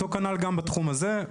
אותו כנ"ל גם בתחום הזה.